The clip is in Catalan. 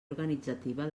organitzativa